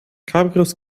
cabrios